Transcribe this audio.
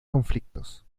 conflictos